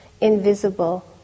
invisible